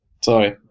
Sorry